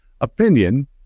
opinion